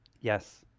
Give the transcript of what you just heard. Yes